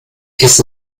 ist